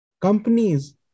companies